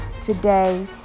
today